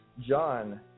John